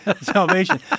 salvation